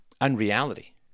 unreality